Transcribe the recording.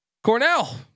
Cornell